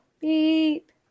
beep